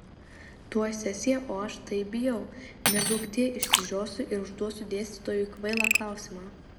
tuoj sesija o aš taip bijau neduokdie išsižiosiu ir užduosiu dėstytojui kvailą klausimą